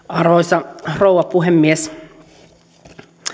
arvoisa rouva puhemies